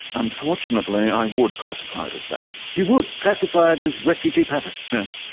unfortunately i would classify it as that. you would classify it as refugee patter? yes.